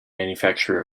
manufacture